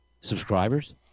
subscribers